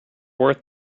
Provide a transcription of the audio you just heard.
worth